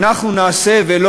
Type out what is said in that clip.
הרבה פעמים בהתרסה, ושאל,